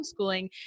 homeschooling